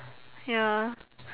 ya